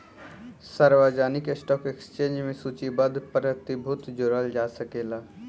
सार्वजानिक stock exchange में सूचीबद्ध प्रतिभूति जोड़ल जा सकेला